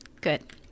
Good